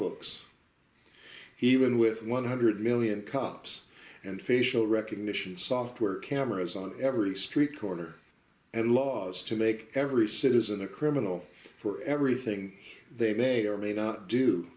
x even with one hundred million cops and facial recognition software cameras on every street corner and laws to make every citizen a criminal for everything they may or may not do